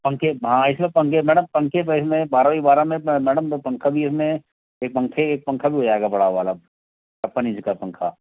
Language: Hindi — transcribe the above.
पंखे हाँ इसमें पंखे मैडम पंखे तो इसमें बारह बाई बारह में मैडम दो पंखा भी उसमें एक पंखे एक पंखा भी हो जाएगा बड़ा वाला छप्पन इंच का पंखा